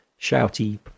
Shouty